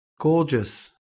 Gorgeous